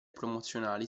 promozionali